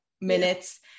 minutes